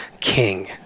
king